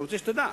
אני רוצה שתדע,